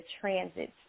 transit